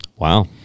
Wow